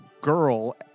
girl